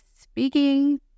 speaking